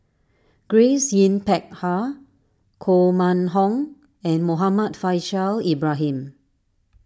Grace Yin Peck Ha Koh Mun Hong and Muhammad Faishal Ibrahim